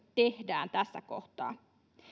tehdään tässä kohtaa